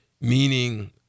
meaning